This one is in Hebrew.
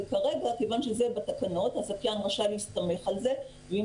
וכרגע כיוון שזה בתקנות הזכיין רשאי להסתמך על זה ואם